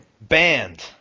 Banned